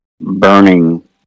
burning